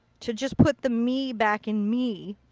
to just put the me back in me.